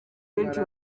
benshi